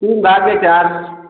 तीन भाग चार